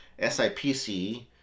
SIPC